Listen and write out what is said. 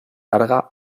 carga